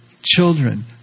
children